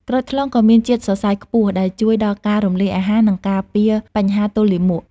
ក្រូចថ្លុងក៏មានជាតិសរសៃ ខ្ពស់ ដែលជួយដល់ការរំលាយអាហារ និងការពារបញ្ហាទល់លាមក។